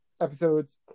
episodes